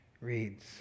reads